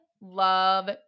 love